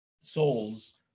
souls